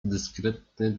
dyskretny